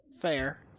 Fair